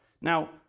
Now